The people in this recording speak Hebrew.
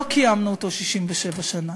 לא קיימנו אותו 67 שנה,